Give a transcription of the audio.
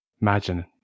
Imagine